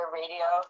radio